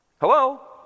Hello